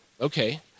Okay